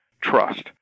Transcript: trust